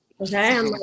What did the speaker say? Okay